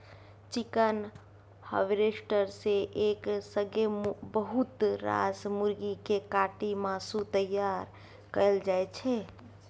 chicken harvester सँ एक संगे बहुत रास मुरगी केँ काटि मासु तैयार कएल जाइ छै